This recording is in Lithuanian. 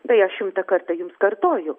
tai aš šimtą kartą jums kartoju